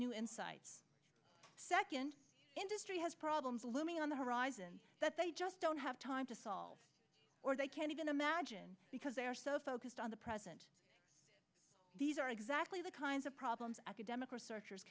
new insights second industry has problems looming on the horizon that they just don't have time to solve or they can't even imagine because they are so focused on the present these are exactly the kinds of problems academic researchers